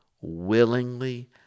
willingly